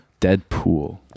Deadpool